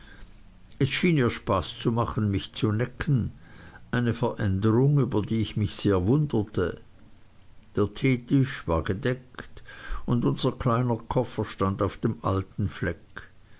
es schien ihr spaß zu machen mich zu necken eine veränderung über die ich mich sehr wunderte der teetisch war gedeckt und unser kleiner koffer stand auf dem alten fleck